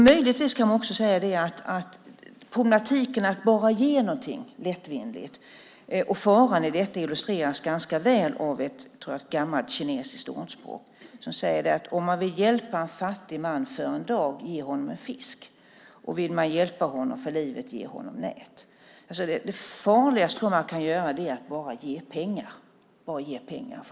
Möjligtvis kan man också säga att problemen och faran med att ge något alltför lättvindigt illustreras ganska väl av ett gammalt kinesiskt ordspråk: Om man vill hjälpa en fattig man för en dag, ge honom en fisk. Vill man hjälpa honom för hela livet, ge honom nät. Det farligaste man kan göra är att bara ge pengar.